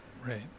Right